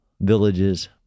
villages